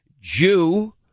Jew